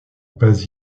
pas